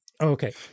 Okay